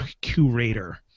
curator